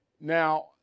Now